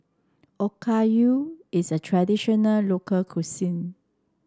Okayu is a traditional local cuisine